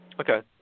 Okay